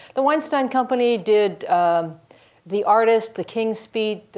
the weinstein company did the artist, the king's speech,